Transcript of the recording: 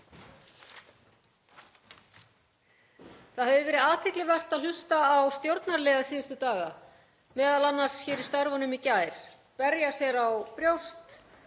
Það hefur verið athyglisvert að hlusta á stjórnarliða síðustu daga, m.a. hér í störfunum í gær, sem berja sér á brjóst